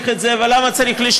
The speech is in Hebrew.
ומי צריך את זה,